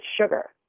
sugar